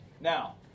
Now